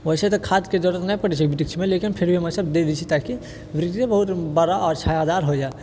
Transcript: वैसे तऽ खाद्यके जरुरत नहि पड़ैत छै वृक्षमे लेकिन फिर भी हम दए दै छियै ताकि वृक्ष बहुत बड़ा आओर छायादार हो जाय